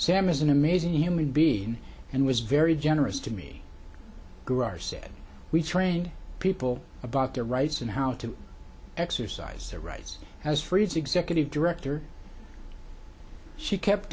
sam is an amazing human being and was very generous to me through our said we train people about their rights and how to exercise their rights as free as executive director she kept